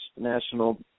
national –